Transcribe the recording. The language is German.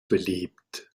beliebt